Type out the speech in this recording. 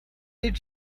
did